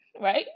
right